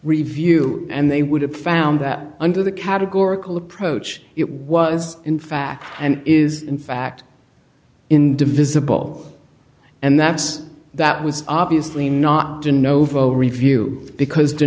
review and they would have found that under the categorical approach it was in fact and is in fact divisible and that's that was obviously not to novo review because